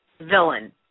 villain